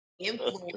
influence